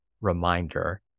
reminder